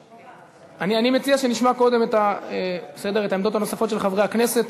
ברשותכם, נשמע קודם עמדות נוספות של חברי כנסת.